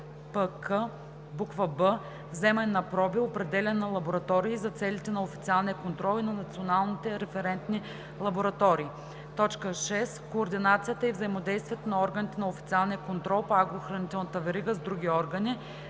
(МНПК); б) вземане на проби, определяне на лаборатории за целите на официалния контрол и на национални референтни лаборатории; 6. координацията и взаимодействието на органите на официалния контрол по агрохранителната верига с други органи;